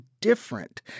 different